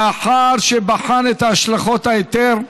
לאחר שבחן את השלכות ההיתר,